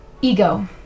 Ego